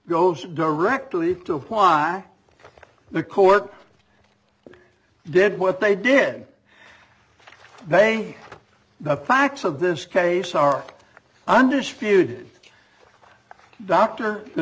goes directly to why the court did what they did they the facts of this case are under spewed doctor the